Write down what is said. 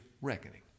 reckoning